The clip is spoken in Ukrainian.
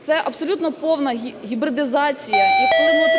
Це абсолютно повна гібридизація, яку ми отримуємо